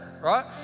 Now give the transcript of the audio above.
right